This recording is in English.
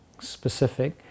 specific